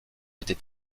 avait